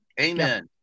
Amen